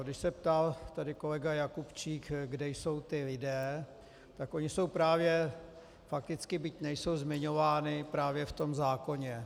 Když se ptal tady kolega Jakubčík, kde jsou ti lidé, tak oni jsou právě fakticky, byť nejsou zmiňováni, právě v tom zákoně.